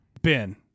ben